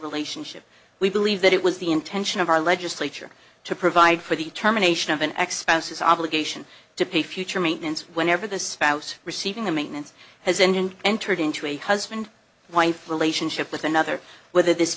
relationship we believe that it was the intention of our legislature to provide for the terminations of an ex pat says obligation to pay future maintenance whenever the spouse receiving the maintenance has and entered into a husband wife relationship with another whether this